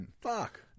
Fuck